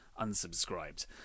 unsubscribed